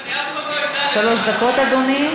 אני אף פעם לא אהיה בעד, שלוש דקות, אדוני.